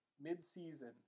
mid-season